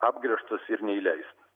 apgręžtas ir neįleistas